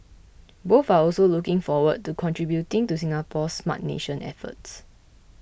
both are also looking forward to contributing to Singapore's Smart Nation efforts